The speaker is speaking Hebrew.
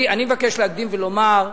אני מבקש להקדים ולומר: